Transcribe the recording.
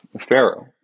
pharaoh